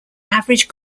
average